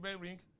ring